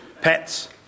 pets